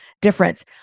difference